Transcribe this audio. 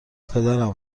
پدرم